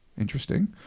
Interesting